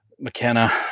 McKenna